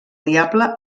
diable